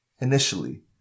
initially